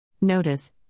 Notice